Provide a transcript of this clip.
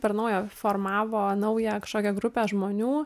per naujo formavo naują kažkokią grupę žmonių